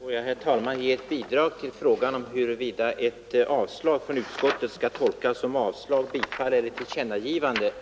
Herr talman! Får jag ge ett bidrag till frågan om huruvida ett avstyrkande från utskottet skall tolkas som avslag, bifall eller tillkännagivande